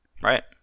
Right